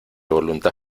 voluntad